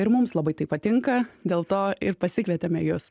ir mums labai tai patinka dėl to ir pasikvietėme jus